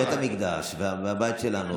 בית המקדש והבית שלנו,